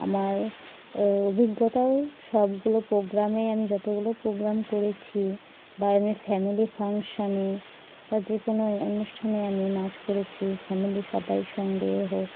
আমার অভিজ্ঞতাও সবগুলো প্রোগ্রামে আমি যতগুলো প্রোগ্রাম করেছি বা এমনি ফ্যামিলি ফাংশানে বা যে কোনো অনুষ্ঠানে আমি নাচ করেছি ফ্যামিলি সবায়ের সঙ্গে হোক